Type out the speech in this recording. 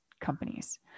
companies